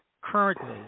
currently